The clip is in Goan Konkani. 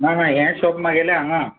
ना ना हें शॉप मागेलें हांगा